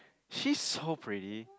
she's so pretty